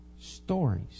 stories